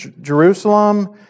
Jerusalem